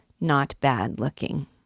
not-bad-looking